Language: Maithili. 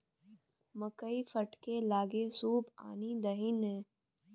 मकई फटकै लए सूप आनि दही ने